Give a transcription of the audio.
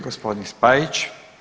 Gospodin Spajić.